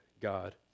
God